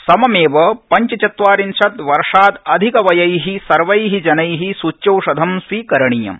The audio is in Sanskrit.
सममेव पञ्चचत्वारिंशत् वर्षात् अधिकवयै सर्वै जनै सूच्यौषधं स्वीकरणीयम्